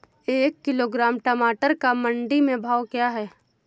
एक किलोग्राम टमाटर का मंडी में भाव क्या है?